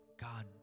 God